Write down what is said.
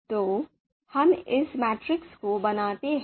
तो हम इस मैट्रिक्स को बनाते हैं